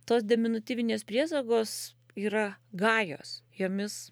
tos deminutyvinės priesagos yra gajos jomis